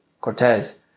Cortez